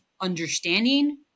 understanding